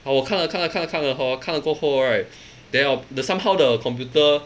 我看了看了看了 hor 看了过后 right then orh the somehow the computer